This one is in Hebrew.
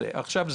נכון.